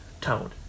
toned